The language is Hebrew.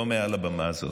לא מעל הבמה הזאת,